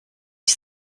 ich